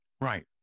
right